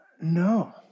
No